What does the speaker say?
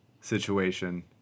situation